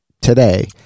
today